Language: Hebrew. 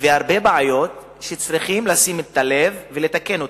והרבה בעיות שצריכים לשים לב ולתקן אותם.